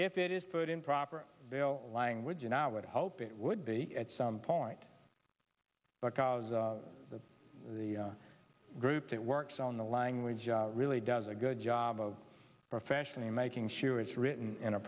if it is put in proper bill language and i would hope it would be at some point because the the group that works on the language really does a good job of professionally making sure was written in a